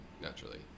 naturally